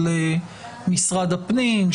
של משרד הפנים,